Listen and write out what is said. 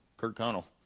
kurt connell,